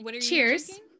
cheers